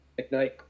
McKnight